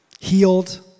Healed